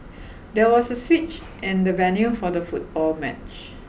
there was a switch in the venue for the football match